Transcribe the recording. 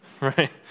right